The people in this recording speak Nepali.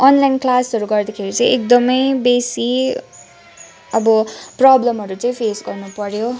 अनलाइन क्लासहरू गर्दाखेरि चाहिँ एकदमै बेसी अब प्रब्लमहरू चाहिँ फेस गर्नु पर्यो